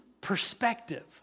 perspective